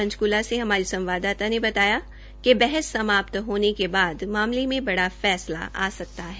पंचकूला से हमारी संवाददाता ने बताया कि बहस समाप्त होने के बाद मामले में बड़ा फैसला आ सकता है